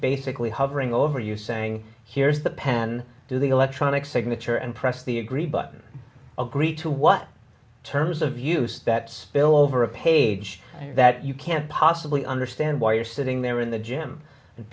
basically hovering over you saying here's the pen do the electronic signature and press the agree but agree to what terms of use that spill over a page that you can't possibly understand why you're sitting there in the gym and